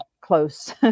close